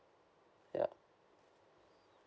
ya